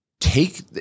Take